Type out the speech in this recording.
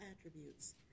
attributes